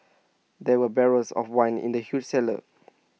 there were barrels of wine in the huge cellar